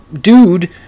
dude